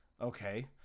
okay